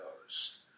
goes